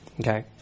Okay